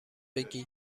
بگی